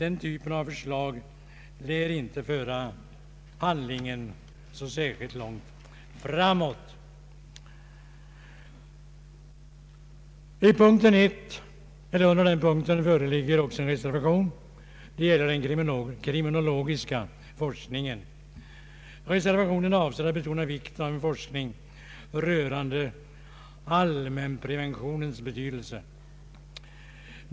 Den typen av förslag lär inte föra handlingen så särskilt långt framåt. Även under punkt 21 föreligger en reservation. Punkt 21 gäller den kriminologiska forskningen. Reservationen avser att betona vikten av en forskning rörande allmänpreventionens betydelse.